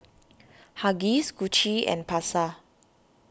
Huggies Gucci and Pasar